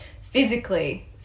physically